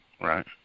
right